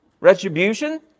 retribution